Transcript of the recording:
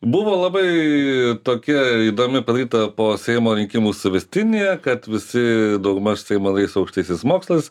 buvo labai tokia įdomi padaryta po seimo rinkimų suvestinė kad visi daugmaž seimo nariai su aukštaisiais mokslais